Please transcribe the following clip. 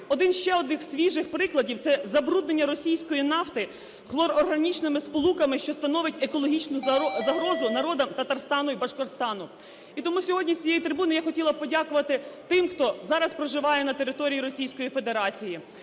Один з ще одних свіжих прикладів - це забруднення російської нафти хлорорганічними сполуками, що становить екологічну загрозу народам Татарстану і Башкортостану. І тому сьогодні з цієї трибуни, я хотіла б подякувати тим, хто зараз проживає на території Російської Федерації.